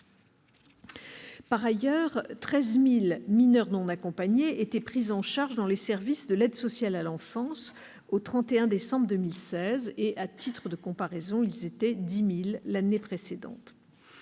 Par ailleurs, 13 000 mineurs non accompagnés étaient pris en charge dans les services de l'aide sociale à l'enfance au 31 décembre 2016. À titre de comparaison, ils étaient 10 000 l'année précédente.